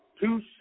two